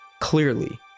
Clearly